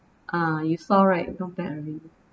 ah you saw right not bad already